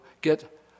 get